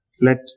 Let